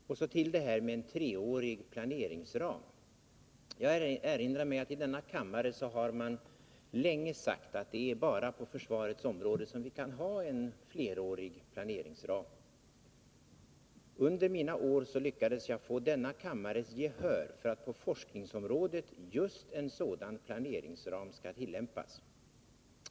Så detta med en treårig planeringsram. Jag erinrar mig att man i denna kammare länge sagt att det är bara på försvarets område som vi kan ha en flerårig planeringsram. Men under mina år som utbildningsminister lyckades jag få kammarens gehör för att en sådan planeringsram skall tillämpas just på forskningsområdet.